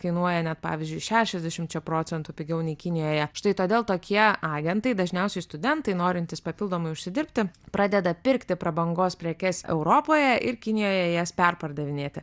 kainuoja net pavyzdžiui šešiasdešimčia procentų pigiau nei kinijoje štai todėl tokie agentai dažniausiai studentai norintys papildomai užsidirbti pradeda pirkti prabangos prekes europoje ir kinijoje jas perpardavinėti